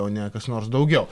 o ne kas nors daugiau